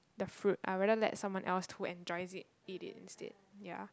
the fruit I rather let someone else who enjoys it eat it instead yeah